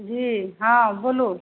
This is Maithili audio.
जी हाँ बोलू